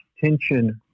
tension